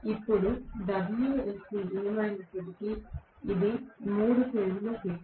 ఇప్పుడు Wsc ఏమైనప్పటికీ ఇది 3 ఫేజ్ ల శక్తి